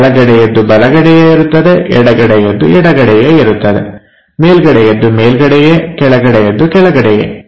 ಬಲಗಡೆಯದ್ದು ಬಲಗಡೆಯೇ ಬರುತ್ತದೆ ಎಡಗಡೆಗಡೆಯದ್ದು ಎಡಗಡೆಯೇ ಬರುತ್ತದೆ ಮೇಲ್ಗಡೆಯದ್ದು ಮೇಲ್ಗಡೆಯೇ ಕೆಳಗಡೆಯದ್ದು ಕೆಳಗಡೆಯೇ